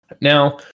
Now